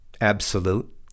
absolute